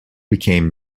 became